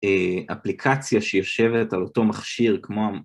אפליקציה שיושבת על אותו מכשיר כמו...